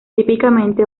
típicamente